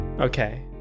Okay